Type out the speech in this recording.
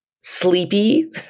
sleepy